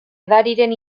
edariren